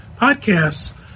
podcasts